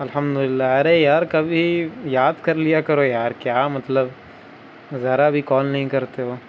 الحمد اللہ ارے یار کبھی یاد کر لیا کرو یار کیا مطلب ذرا ا بھی کال نہیں کرتے ہو